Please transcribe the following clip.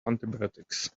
antibiotics